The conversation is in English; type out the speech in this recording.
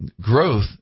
growth